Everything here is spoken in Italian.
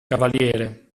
cavaliere